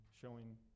showing